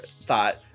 thought